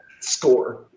Score